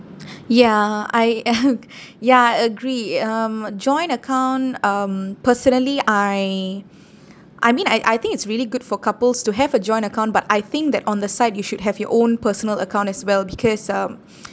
ya I ya I agree um joint account um personally I I mean I I think it's really good for couples to have a joint account but I think that on the side you should have your own personal account as well because um